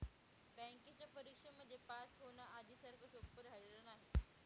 बँकेच्या परीक्षेमध्ये पास होण, आधी सारखं सोपं राहिलेलं नाही